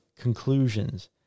conclusions